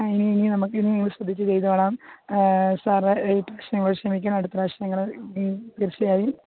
ആ ഇനി ഇനി നമുക്കിനി ശ്രദ്ധിച്ചു ചെയ്തോളാം സാറ് ഈ പ്രശ്നങ്ങൾ ക്ഷമിക്കണം അടുത്ത പ്രാവശ്യം ഞങ്ങൾ ഇനി തീർച്ചയായും